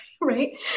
Right